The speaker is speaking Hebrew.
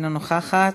אינה נוכחת,